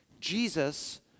Jesus